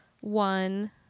One